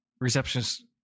receptionist